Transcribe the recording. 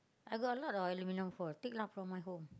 I got a lot of aluminium foil take lah from my home